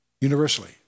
Universally